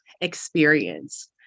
experience